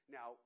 Now